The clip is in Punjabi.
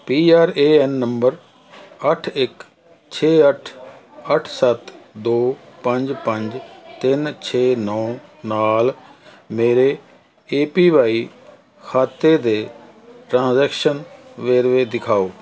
ਪੀ ਆਰ ਏ ਐਨ ਨੰਬਰ ਅੱਠ ਇੱਕ ਛੇ ਅੱਠ ਅੱਠ ਸੱਤ ਦੋ ਪੰਜ ਪੰਜ ਤਿੰਨ ਛੇ ਨੌਂ ਨਾਲ ਮੇਰੇ ਏ ਪੀ ਵਾਈ ਖਾਤੇ ਦੇ ਟ੍ਰਾਂਸੈਕਸ਼ਨ ਵੇਰਵੇ ਦਿਖਾਓ